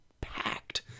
packed